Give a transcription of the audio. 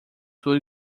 tudo